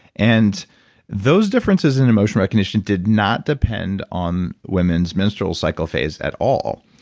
and those differences in emotion recognition did not depend on women's menstrual cycle phase at all.